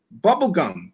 bubblegum